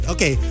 Okay